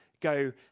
go